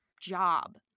job